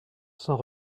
sans